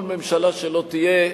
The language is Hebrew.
כל ממשלה שלא תהיה,